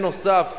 בנוסף,